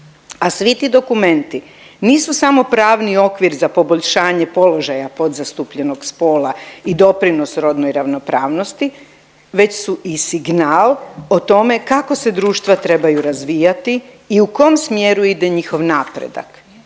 a svi ti dokumenti nisu samo pravni okvir za poboljšanje položaja podzastupljenog spola i doprinos rodnoj ravnopravnosti, već su i signal o tome kako se društva trebaju razvijati i u kom smjeru ide njihov napredak.